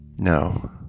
No